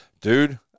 Dude